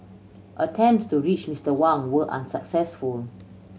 attempts to reach Mister Wang were unsuccessful